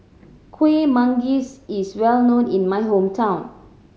Kueh Manggis is well known in my hometown